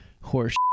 horse